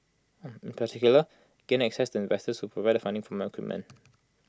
in particular gained access to investors who provided funding for more equipment